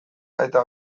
eta